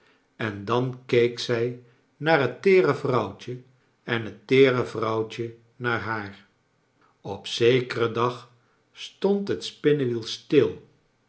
en dan keek zij naar het teere vrouwtje en het teere vrouwtje naar haar op zekeren dag stond het spinnewiel stil